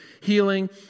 healing